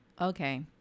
Okay